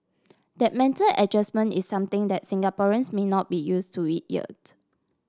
that mental adjustment is something that Singaporeans may not be use to it yet